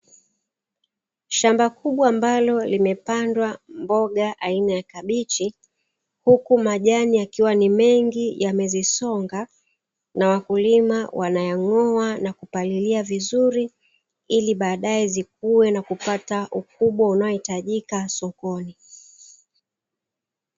Shamba kubwa ambalo limepandwa mboga aina ya kabichi, huku majani yakiwa ni mengi yamezisonga na wakulima wanayang'oa na kupalia vizuri, ili badaye zikue na kupata ukubwa unaohitajika sokoni.